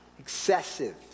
Excessive